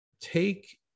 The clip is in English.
take